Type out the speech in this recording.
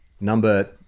Number